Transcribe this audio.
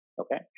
Okay